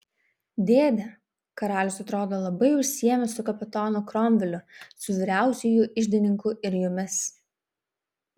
dėde karalius atrodo labai užsiėmęs su kapitonu kromveliu su vyriausiuoju iždininku ir jumis